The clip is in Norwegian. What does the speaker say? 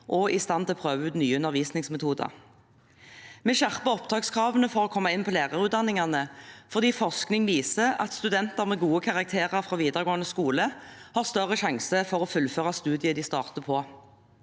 og i stand til å prøve ut nye undervisningsmetoder. Vi skjerpet opptakskravene for å komme inn på lærerutdanningene fordi forskning viser at studenter med gode karakterer fra videregående skole har større sjanse for å fullføre studiet de starter på.